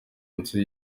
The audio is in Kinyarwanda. inzu